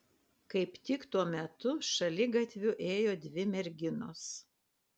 kaip tik tuo metu šaligatviu ėjo dvi merginos